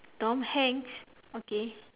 tom-hanks okay